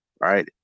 right